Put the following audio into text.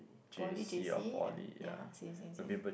poly J_C and ya same same same